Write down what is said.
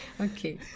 Okay